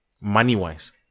money-wise